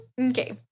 Okay